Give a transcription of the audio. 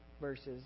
verses